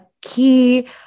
key